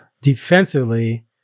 defensively